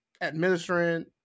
administering